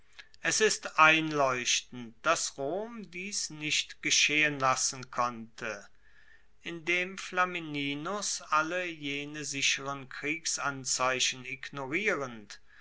es ist einleuchtend dass rom dies nicht geschehen lassen konnte indem flamininus all jene sicheren kriegsanzeichen ignorierend